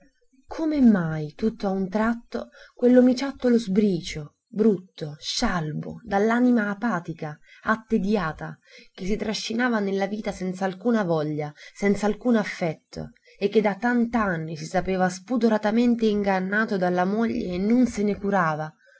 come mai tutt'a un tratto quell'omiciattolo sbricio brutto scialbo dall'anima apatica attediata che si trascinava nella vita senza alcuna voglia senz'alcun affetto e che da tant'anni si sapeva spudoratamente ingannato dalla moglie e non se ne curava